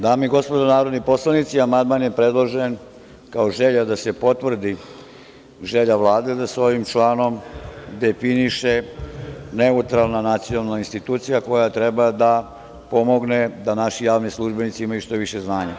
Dame i gospodo narodni poslanici, amandman je predložen kao želja da se potvrdi želja Vlade da se ovim članom definiše neutralna nacionalna institucija, koja treba da pomogne da naši javni službenici imaju što više znanja.